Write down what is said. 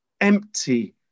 empty